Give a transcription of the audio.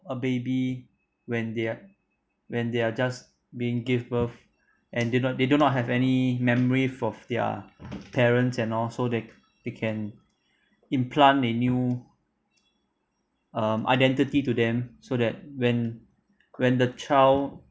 a baby when they're when they're just being give birth and did not they do not have any memories of their parents and also they they can implant a new um identity to them so that when when the child